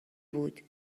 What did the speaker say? بود